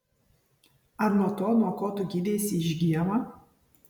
ar nuo to nuo ko tu gydeisi išgyjama